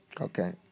Okay